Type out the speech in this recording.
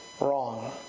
wrong